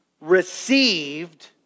received